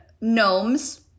gnomes